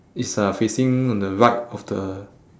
is uh facing on the right of the